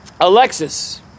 Alexis